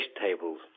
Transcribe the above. tables